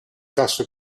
tasso